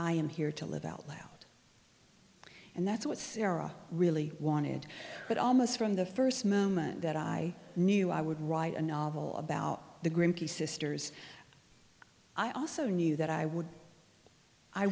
i am here to live out loud and that's what sarah really wanted but almost from the first moment that i knew i would write a novel about the greenpeace sisters i also knew that i would i